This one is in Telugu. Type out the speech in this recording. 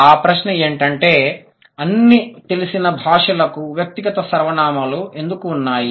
అ ప్రశ్న ఏంటంటే అన్ని తెలిసిన భాషలకు వ్యక్తిగత సర్వనామాలు ఎందుకు ఉన్నాయి